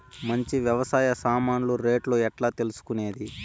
మంచి వ్యవసాయ సామాన్లు రేట్లు ఎట్లా తెలుసుకునేది?